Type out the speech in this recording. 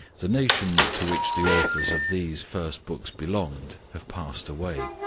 the nations to which the authors of these first books belonged have passed away,